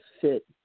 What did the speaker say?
fit